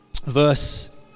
Verse